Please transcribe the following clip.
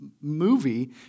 movie